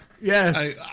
yes